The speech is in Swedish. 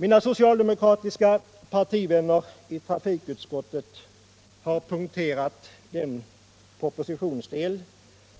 Mina socialdemokratiska partivänner i trafikutskottet har punkterat den propositionsdel